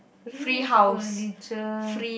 free furniture